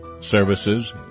services